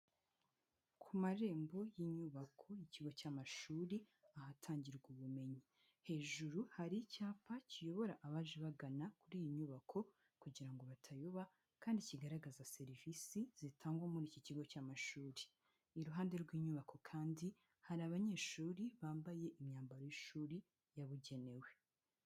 Ku marembo y'inyubako y'ikigo cy'amashuri ahatangirwa ubumenyi. Hejuru hari icyapa kiyobora abaje bagana kuri iyi nyubako kugira ngo batayoba kandi kigaragaza serivisi zitangwa muri iki kigo cy'amashuri. Iruhande rw' inyubako kandi hari abanyeshuri bambaye imyambaro y'ishuri yabugenewe.